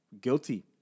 guilty